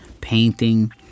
painting